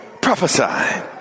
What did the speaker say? Prophesy